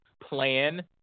plan